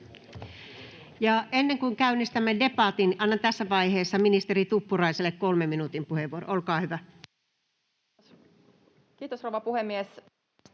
ennen kuin käynnistämme debatin, annan tässä vaiheessa ministeri Tuppuraiselle 3 minuutin puheenvuoron. — Olkaa hyvä. [Speech 21] Speaker: